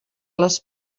les